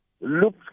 Look